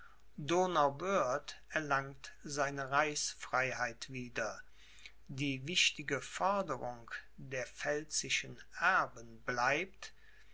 erlangt seine reichsfreiheit wieder die wichtige forderung der pfälzischen erben bleibt